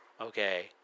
Okay